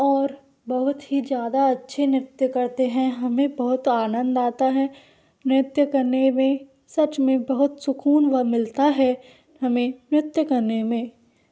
और बहुत ही ज़्यादा अच्छे नृत्य करते हैं हमें बहुत आनंद आता है नृत्य करने में सच में बहुत सुकून व मिलता है हमें नृत्य करने में